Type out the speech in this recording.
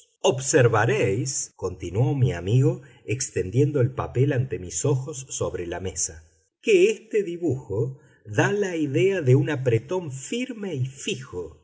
de los dedos observaréis continuó mi amigo extendiendo el papel ante mis ojos sobre la mesa que este dibujo da la idea de un apretón firme y fijo